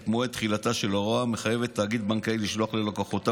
את מועד תחילתה של ההוראה המחייבת תאגיד בנקאי לשלוח ללקוחותיו